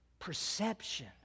perception